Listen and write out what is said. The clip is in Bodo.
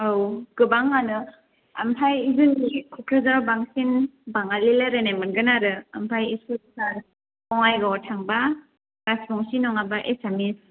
औ गोबांआनो ओमफ्राय जोंनिथिंजाय बांसिन बाङालि रायलायनाय मोनगोन आरो ओमफ्राय बिथिं बङाइगाव थांबा राजबंशी नङाबा एसामिस